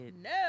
No